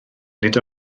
nid